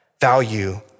value